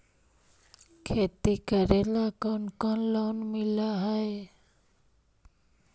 खेती करेला कौन कौन लोन मिल हइ?